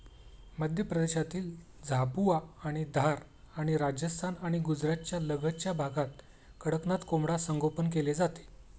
मध्य प्रदेशातील झाबुआ आणि धार आणि राजस्थान आणि गुजरातच्या लगतच्या भागात कडकनाथ कोंबडा संगोपन केले जाते